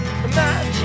Imagine